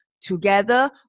Together